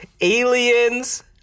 Aliens